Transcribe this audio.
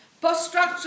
Post-structure